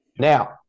Now